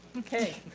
okay,